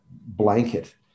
blanket